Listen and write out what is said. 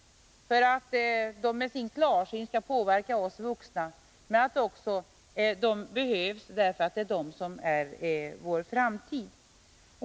De kan med sin klarsyn påverka oss men de behövs också för att det är de som är vår framtid.